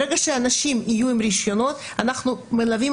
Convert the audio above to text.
ברגע שאנשים יהיו עם רישיונות אנחנו מלווים